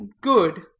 good